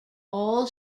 all